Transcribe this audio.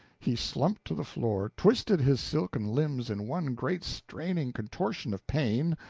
he slumped to the floor, twisted his silken limbs in one great straining contortion of pain,